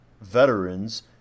veterans